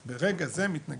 הם ברגע זה מתנגדים.